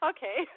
Okay